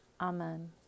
Amen